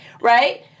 Right